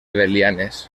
belianes